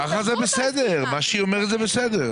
ככה זה בסדר, מה שהיא אומרת זה בסדר.